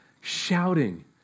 shouting